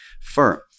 firm